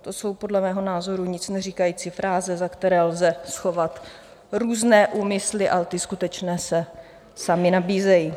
To jsou podle mého názoru nicneříkající fráze, za které lze schovat různé úmysly, ale ty skutečné se samy nabízejí.